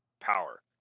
power